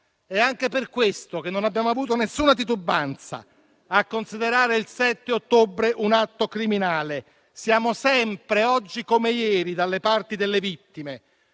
È anche per questo che non abbiamo avuto alcuna titubanza a considerare il 7 ottobre un atto criminale. Siamo sempre, oggi come ieri, dalla parte delle vittime.